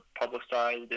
publicized